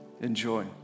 enjoy